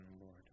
Lord